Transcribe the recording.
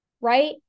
Right